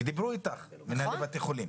דיברו איתך מנהלי בתי חולים.